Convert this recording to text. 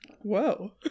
Whoa